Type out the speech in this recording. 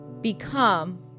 become